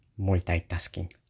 multitasking